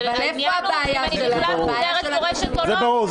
העניין הוא אם אני בכלל מוגדרת פורשת או לא.